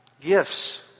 gifts